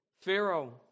Pharaoh